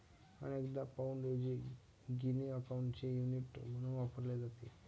अनेकदा पाउंडऐवजी गिनी अकाउंटचे युनिट म्हणून वापरले जाते